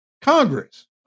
congress